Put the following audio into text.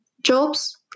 jobs